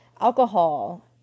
alcohol